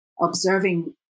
observing